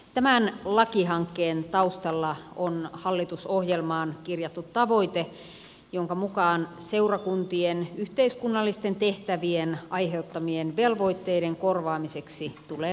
tämän lakihankkeen taustalla on hallitusohjelmaan kirjattu tavoite jonka mukaan seurakuntien yhteiskunnallisten tehtävien aiheuttamien velvoitteiden korvaamiseksi tulee löytää ratkaisu